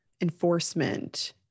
enforcement